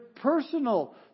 personal